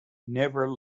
never